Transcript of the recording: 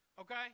okay